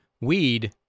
weed